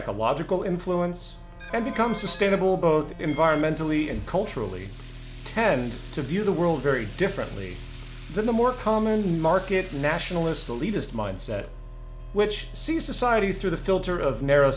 ecological influence and become sustainable both environmentally and culturally tend to view the world very differently than the more common market nationalist elitist mindset which sees society through the filter of narrow